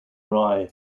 rye